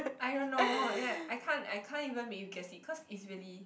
I don't know ya I can't I can't even make you guess it cause it's really